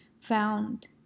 found